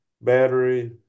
battery